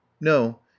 No